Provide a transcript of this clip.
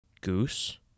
Goose